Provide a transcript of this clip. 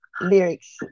lyrics